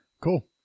Cool